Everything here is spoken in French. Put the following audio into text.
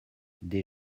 des